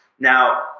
Now